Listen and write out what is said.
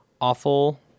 awful